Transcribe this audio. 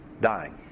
dying